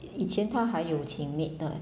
以前她还有请 maid 的